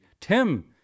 Tim